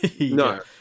No